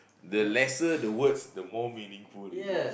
the lesser the words the more meaningful it is